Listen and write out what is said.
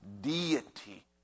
deity